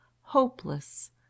hopeless